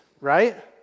right